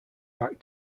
back